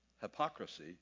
hypocrisy